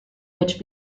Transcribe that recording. which